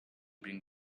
bring